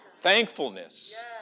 Thankfulness